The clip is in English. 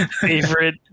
favorite